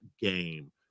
game